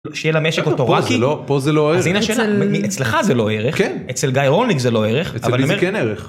‫שיהיה למשק אוטרקי? ‫פה זה לא ערך. ‫אז הנה שאלה, אצלך זה לא ערך, ‫אצל גיא רולניק זה לא ערך, ‫אבל אני אומר... אצל מי כן ערך?